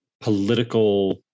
political